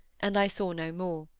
and i saw no more.